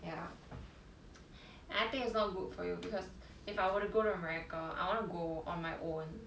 ya I think it's not good for you because if I were to go to america I want to go on my own